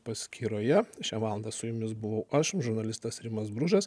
paskyroje šią valandą su jumis buvau aš žurnalistas rimas bružas